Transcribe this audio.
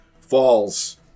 falls